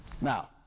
Now